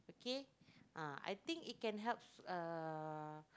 okay ah I think it can help uh